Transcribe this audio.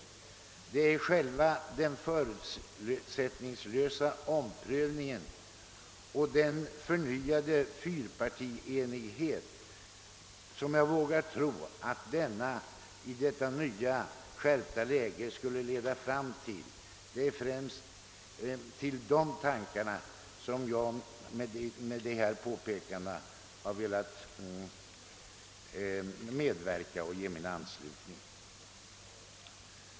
Det är främst till tanken på själva den förutsättningslösa omprövningen och den förnyade fyrpartienighet, som jag vågar tro att denna i detta nya, skärpta läge skulle leda fram till, som jag med dessa påpekanden har velat ge min anslutning.